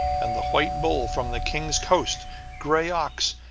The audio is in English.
and the white bull from the king's coast grey ox,